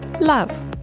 love